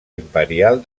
imperial